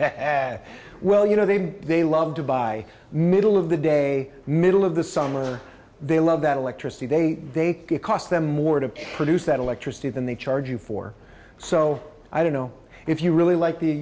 as well you know they they love to buy middle of the day middle of the summer they love that electricity they they think it cost them more to produce that electricity than they charge you for so i don't know if you really like the